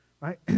Right